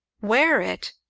wear it!